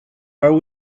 are